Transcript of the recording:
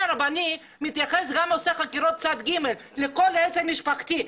הרבני מתייחס וגם עושה חקירות צד ג' לכל העץ המשפחתי,